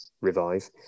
revive